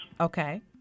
Okay